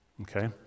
Okay